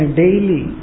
daily